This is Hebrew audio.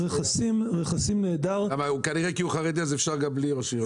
רכסים נהדר --- אבל כנראה כי הוא חרדי אז אפשר גם בלי ראש עיר.